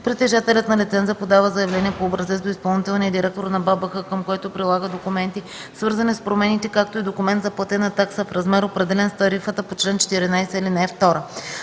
притежателят на лиценза подава заявление по образец до изпълнителния директор на БАБХ, към което прилага документи, свързани с промените, както и документ за платена такса в размер, определен с тарифата по чл. 14, ал. 2.